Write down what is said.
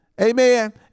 Amen